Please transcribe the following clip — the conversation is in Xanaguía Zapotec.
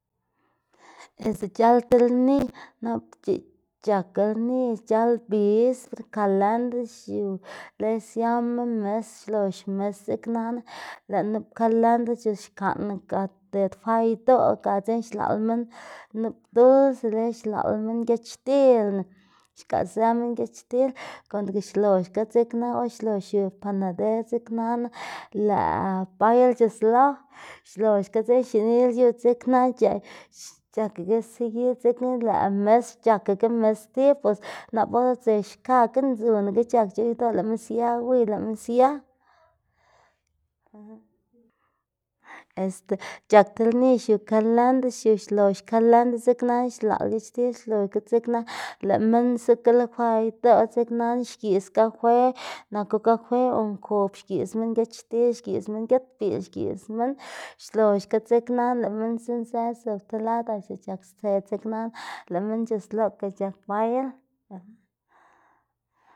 Este c̲h̲al ti lni nap c̲h̲ak lni c̲h̲al bispr kalend xiu lëꞌ siama mis xlox mis dzeknana lëꞌ nup kalendr xikan gaded fa idoꞌ ga dzekna xlaꞌl minn nup duls y luego xlaꞌl minn giachtilna xgaꞌzë minn giachtil konga xloxga dzekna or xlox xiu panader dzeknana lëꞌa bail c̲h̲uslo. Xloxga dzekna xini lyu dzekna c̲h̲ak seguir dzekna lëꞌ mis c̲h̲akaga mis stib bos nap or udze xkakga na ndzunaga c̲h̲ak chow idoꞌ lëꞌma sia wiy lëꞌma sia, este c̲h̲ak ti lni xiu kalendr xiu xlox kalendr dzeknana xlox xlaꞌl giachtil xlox ga dzekna lëꞌ minn zukala kwa idoꞌ dzeknana xgiꞌs gake naku gafe o nkob xgiꞌs minn giachtil giꞌs minn giat biꞌl xgiꞌs minn xloxga dzeknana lëꞌ minn sdzinnzë zob ti lad axta c̲h̲ak stse dzeknana lëꞌ minn c̲h̲usloka c̲h̲ak bail.